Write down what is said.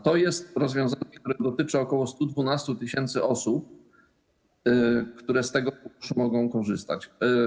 To jest rozwiązanie, które dotyczy ok. 112 tys. osób, które z tego funduszu mogą korzystać.